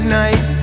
night